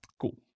Cool